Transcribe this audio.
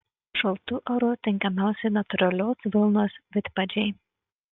šaltu oru tinkamiausi natūralios vilnos vidpadžiai